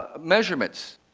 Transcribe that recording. ah measurements.